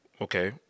Okay